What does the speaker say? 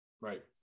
Right